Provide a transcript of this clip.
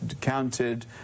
counted